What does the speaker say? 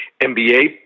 NBA